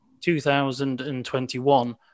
2021